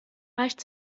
reicht